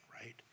right